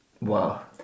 Wow